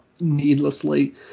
needlessly